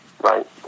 right